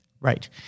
right